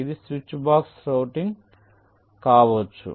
ఇది switch box routing కావచ్చు